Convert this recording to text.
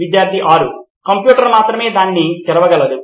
student 6 computer మాత్రమే దానిని తెరవగలదు